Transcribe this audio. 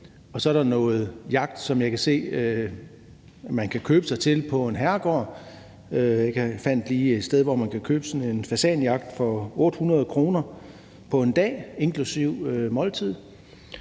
og så er der noget jagt, som jeg kan se at man kan købe sig til, på en herregård. Jeg fandt et sted, hvor man kan købe sådan en fasanjagt til 800 kr. for en dag inklusive måltid.